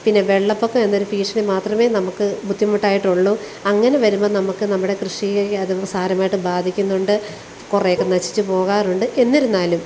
പിന്നെ വെള്ളപ്പൊക്കം എന്നൊരു ഭീഷണി മാത്രമേ നമുക്ക് ബുദ്ധിമുട്ടായിട്ടുള്ളൂ അങ്ങനെ വരുമ്പം നമുക്ക് നമ്മുടെ കൃഷിയെ അത് സാരമായിട്ട് ബാധിക്കുന്നുണ്ട് കുറേ ഒക്കെ നശിച്ചു പോകാറുണ്ട് എന്നിരുന്നാലും